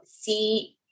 see